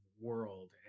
world